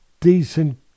decent